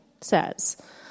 says